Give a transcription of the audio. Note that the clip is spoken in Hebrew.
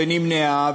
ונמנעה,